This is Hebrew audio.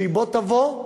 שבוא תבוא,